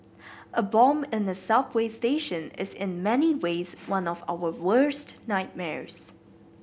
a bomb in a subway station is in many ways one of our worst nightmares